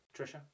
Trisha